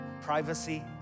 privacy